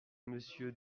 monsieur